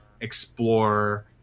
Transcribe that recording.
explore